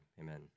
Amen